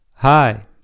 Hi